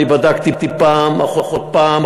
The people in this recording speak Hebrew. ואני בדקתי פעם אחרי פעם,